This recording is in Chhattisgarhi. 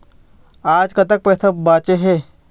आज कतक पैसा बांचे हे?